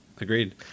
agreed